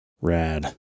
Rad